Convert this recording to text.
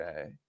Okay